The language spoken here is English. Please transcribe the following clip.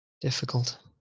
difficult